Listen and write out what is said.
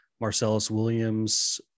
Marcellus-Williams